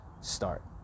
start